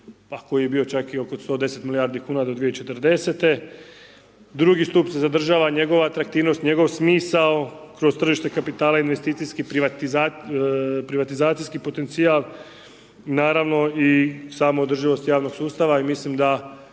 koji je bio čak i oko 110 milijardi kuna do 2040. Drugi stup se zadržava njegova atraktivnost, njegov smisao kroz tržište kapitala investicijski, privatizacijski potencijal, naravno i samo održivost javnog sustava i mislim da